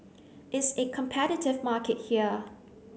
it's a competitive market here